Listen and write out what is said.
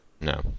no